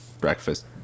breakfast